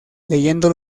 leyendo